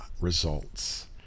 results